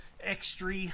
extra